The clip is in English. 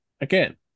again